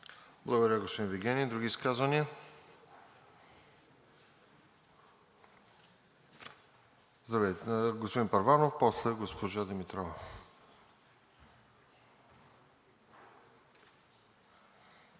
Благодаря, господин Вигенин. Други изказвания? Господин Първанов, после госпожа Димитрова.